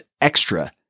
extra